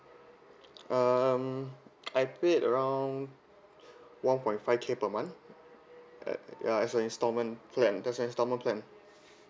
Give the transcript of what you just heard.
um I paid around one point five K per month at ya it's installment plan that's installment plan